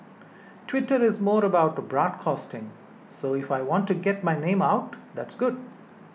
Twitter is more about broadcasting so if I want to get my name out that's good